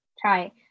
try